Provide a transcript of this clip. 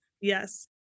Yes